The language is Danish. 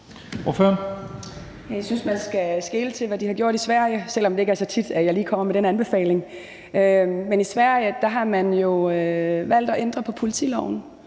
Jeg synes, man skal skele til, hvad de har gjort i Sverige, selv om det ikke er så tit, at jeg lige kommer med den anbefaling. Men i Sverige har man jo valgt at ændre på politiloven,